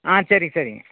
ஆ சரி சரிங்க